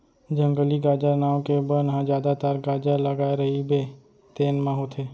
जंगली गाजर नांव के बन ह जादातर गाजर लगाए रहिबे तेन म होथे